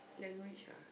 language ah